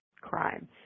crime